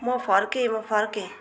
म फर्केँ म फर्केँ